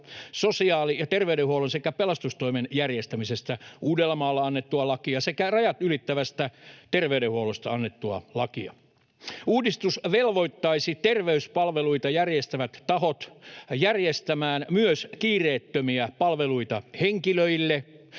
sosiaali- ja terveydenhuollon sekä pelastustoimen järjestämisestä Uudellamaalla annettua lakia sekä rajat ylittävästä terveydenhuollosta annettua lakia. Uudistus velvoittaisi terveyspalveluita järjestävät tahot järjestämään myös kiireettömiä palveluita henkilöille,